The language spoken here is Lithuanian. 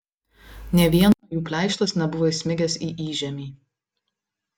nė vieno jų pleištas nebuvo įsmigęs į įžemį